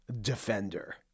Defender